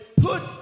put